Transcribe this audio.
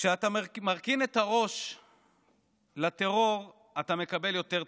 כשאתה מרכין את הראש לטרור, אתה מקבל יותר טרור,